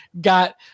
got